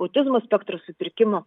autizmo spektro sutrikimų